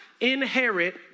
inherit